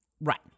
Right